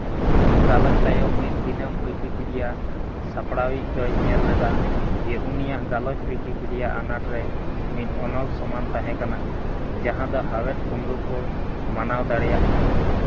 ᱜᱟᱞᱚᱪ ᱛᱟᱭᱚᱢ ᱢᱤᱫ ᱫᱤᱱᱮᱢ ᱩᱭᱠᱤᱯᱤᱰᱤᱭᱟ ᱥᱟᱯᱲᱟᱣᱤᱡ ᱫᱚᱭ ᱧᱮᱞ ᱞᱮᱫᱟ ᱩᱱᱤᱭᱟᱜ ᱜᱟᱞᱚᱪ ᱩᱭᱠᱤᱯᱤᱰᱤᱭᱟ ᱟᱱᱟᱴ ᱨᱮ ᱢᱤᱫ ᱚᱱᱚᱞ ᱥᱚᱢᱟᱱ ᱛᱟᱦᱮᱸ ᱠᱟᱱᱟ ᱡᱟᱦᱟᱸ ᱫᱚ ᱦᱟᱣᱮᱫ ᱠᱩᱢᱲᱩ ᱠᱚ ᱢᱟᱱᱟᱣ ᱫᱟᱲᱮᱭᱟᱜ ᱠᱟᱱᱟ